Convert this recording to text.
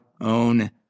own